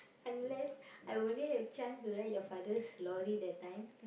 unless I only have chance to ride your father's lorry that time